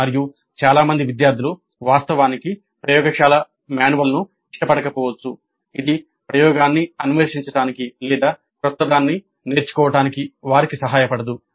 మరియు చాలా మంది విద్యార్థులు వాస్తవానికి ప్రయోగశాల మాన్యువల్ను ఇష్టపడకపోవచ్చు ఇది ప్రయోగాన్ని అన్వేషించడానికి లేదా క్రొత్తదాన్ని నేర్చుకోవడానికి వారికి సహాయపడదు